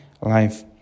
life